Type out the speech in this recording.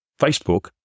Facebook